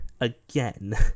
again